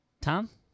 Tom